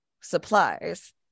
supplies